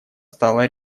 стала